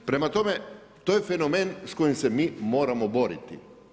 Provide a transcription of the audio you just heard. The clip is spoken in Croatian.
Prema tome, to je fenomen s kojim se mi moramo boriti.